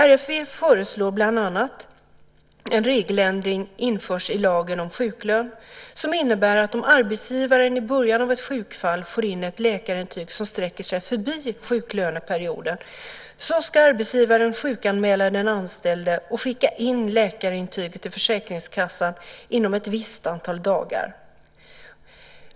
RFV föreslår bland annat att en regeländring införs i lagen om sjuklön som innebär att om arbetsgivaren i början av ett sjukfall får in ett läkarintyg som sträcker sig förbi sjuklöneperioden ska arbetsgivaren sjukanmäla den anställde och skicka in läkarintyget till försäkringskassan inom ett visst antal dagar.